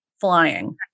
flying